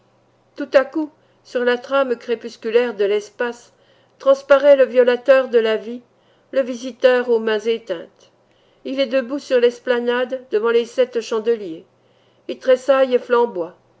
tout à coup sur la trame crépusculaire de l'espace transparaît le violateur de la vie le visiteur aux mains éteintes il est debout sur l'esplanade devant les sept chandeliers il tressaille et